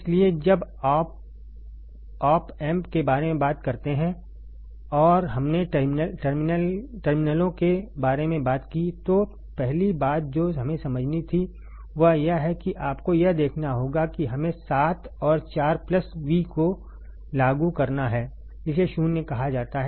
इसलिए जब हम ऑप एम्प के बारे में बात करते हैं और हमने टर्मिनलों के बारे में बात की तो पहली बात जो हमें समझनी थी वह यह है कि आपको यह देखना होगा कि हमें 7 और 4 प्लस V को लागू करना है इसे शून्य कहा जाता है